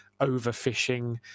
overfishing